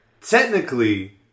Technically